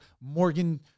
Morgan